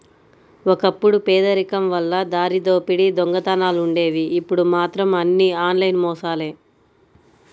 ఒకప్పుడు పేదరికం వల్ల దారిదోపిడీ దొంగతనాలుండేవి ఇప్పుడు మాత్రం అన్నీ ఆన్లైన్ మోసాలే